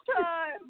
time